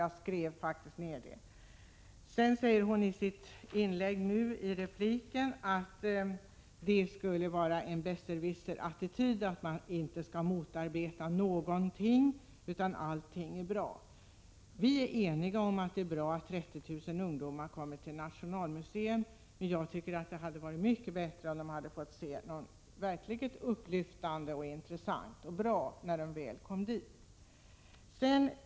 I sin replik säger hon nu att det skulle vara en besserwisserattityd, att man inte skall motarbeta någonting utan att allting är bra. Vi är eniga om att det är bra att 30 000 ungdomar kommer till Nationalmuseum, men jag tycker att det hade varit mycket bättre om de hade fått se något upplyftande, intressant och bra när de väl kom dit.